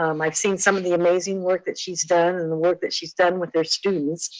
um i've seen some of the amazing work that she's done, and the work that she's done with their students.